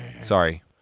Sorry